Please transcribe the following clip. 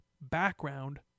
background